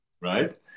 Right